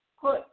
put